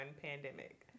pandemic